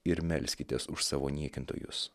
ir melskitės už savo niekintojus